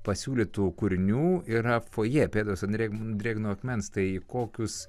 pasiūlytų kūrinių yra fojė pėdos ant drėgno drėgno akmens tai į kokius